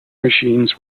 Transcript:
machines